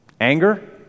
Anger